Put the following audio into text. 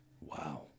Wow